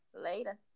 Later